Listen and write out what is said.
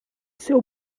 seu